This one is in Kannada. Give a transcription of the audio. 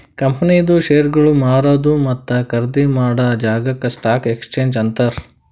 ಕಂಪನಿದು ಶೇರ್ಗೊಳ್ ಮಾರದು ಮತ್ತ ಖರ್ದಿ ಮಾಡಾ ಜಾಗಾಕ್ ಸ್ಟಾಕ್ ಎಕ್ಸ್ಚೇಂಜ್ ಅಂತಾರ್